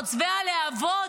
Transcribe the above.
חוצבי הלהבות,